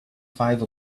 five